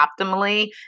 optimally